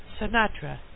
Sinatra